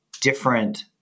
different